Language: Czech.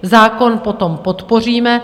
Zákon potom podpoříme.